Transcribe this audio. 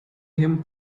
him